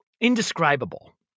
indescribable